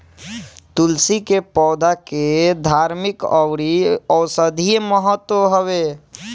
तुलसी के पौधा के धार्मिक अउरी औषधीय महत्व हवे